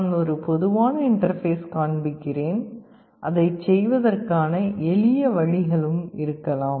நான் ஒரு பொதுவான இன்டர்பேஸ் காண்பிக்கிறேன் அதைச் செய்வதற்கான எளிய வழிகளும் இருக்கலாம்